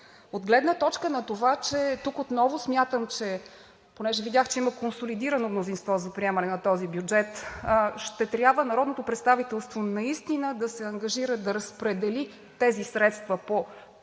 От гледна точка на това, че – тук отново смятам, понеже видях, че има консолидирано мнозинство за приемане на този бюджет, ще трябва народното представителство наистина да се ангажира да разпредели тези средства по параметри